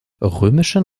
römischen